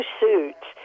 suits